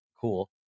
cool